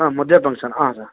ಹಾಂ ಮದುವೆ ಫಂಕ್ಷನ್ ಹಾಂ ಸರ್